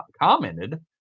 commented